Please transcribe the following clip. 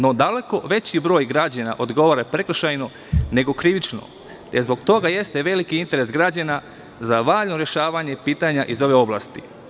No, daleko veći broj građana odgovara prekršajno nego krivično i zbog toga jeste veliki interes građana za valjano rešavanje pitanja iz ove oblasti.